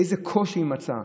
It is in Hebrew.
איזה קושי היא מצאה?